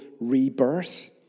rebirth